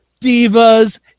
Divas